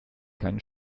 keinen